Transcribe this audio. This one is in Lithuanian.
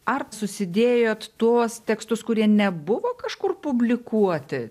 ar susidėjote tuos tekstus kurie nebuvo kažkur publikuoti